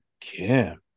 Kim